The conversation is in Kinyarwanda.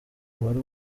uwari